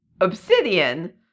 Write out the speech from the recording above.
Obsidian